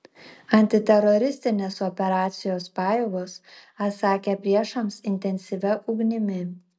antiteroristinės operacijos pajėgos atsakė priešams intensyvia ugnimi